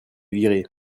virée